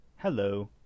Hello